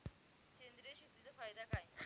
सेंद्रिय शेतीचा फायदा काय?